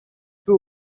peu